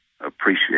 appreciate